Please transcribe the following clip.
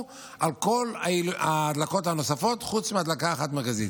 על כל ההדלקות הנוספות חוץ מהדלקה אחת מרכזית.